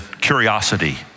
curiosity